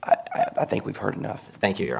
i think we've heard enough thank you